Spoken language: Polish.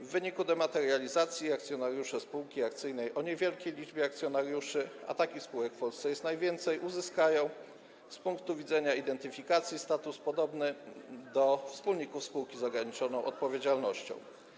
W wyniku dematerializacji akcjonariusze spółki akcyjnej o niewielkiej liczbie akcjonariuszy, a takich spółek w Polsce jest najwięcej, uzyskają z punktu widzenia identyfikacji status podobny do wspólników spółki z ograniczoną odpowiedzialnością.